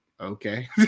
okay